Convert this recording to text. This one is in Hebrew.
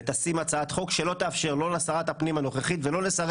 ותניח הצעת חוק שלא תאפשר לא לשרת הפנים הנוכחית ולא לשרי